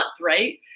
right